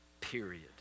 Period